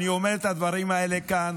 אני אומר את הדברים האלה כאן